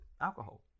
alcohol